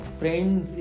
friends